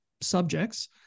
subjects